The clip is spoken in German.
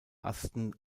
asten